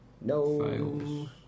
No